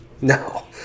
No